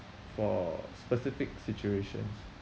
for specific situations